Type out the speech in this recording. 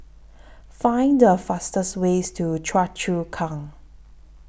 Find The fastest Way to Choa Chu Kang